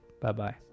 Bye-bye